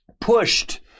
pushed